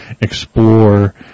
explore